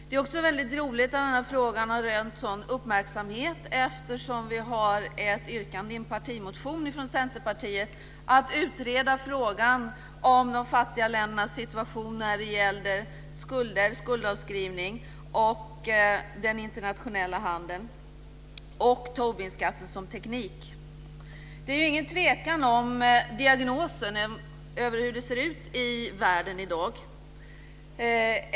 Det är också väldigt roligt att den här frågan har väckt en sådan uppmärksamhet, eftersom vi har ett yrkande i en partimotion från Centerpartiet om utredning av frågan om de fattiga ländernas situation när det gäller skuldavskrivning, den internationella handeln och Tobinskatten som teknik. Det är ingen tvekan om diagnosen av läget i världen i dag.